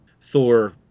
thor